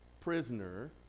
prisoner